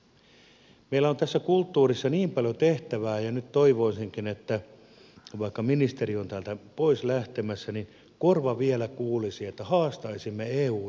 meillä on tässä kulttuurissa niin paljon tehtävää ja nyt toivoisinkin että vaikka ministeri on täältä pois lähtemässä niin korva vielä kuulisi että haastaisimme euta siitä